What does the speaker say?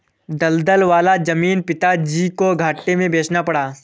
दलदल वाला जमीन पिताजी को घाटे में बेचना पड़ा